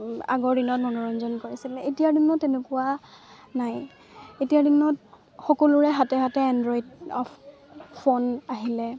আগৰ দিনত মনোৰঞ্জন কৰিছিলে এতিয়াৰ দিনত তেনেকুৱা নাই এতিয়াৰ দিনত সকলোৰে হাতে হাতে এনড্ৰইড ফোন আহিলে